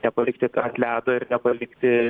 nepalikti ant ledo ir nepalikti